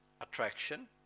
attraction